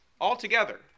altogether